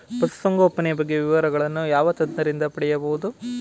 ಪಶುಸಂಗೋಪನೆಯ ಬಗ್ಗೆ ವಿವರಗಳನ್ನು ಯಾವ ತಜ್ಞರಿಂದ ಪಡೆಯಬಹುದು?